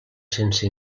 sense